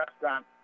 Restaurant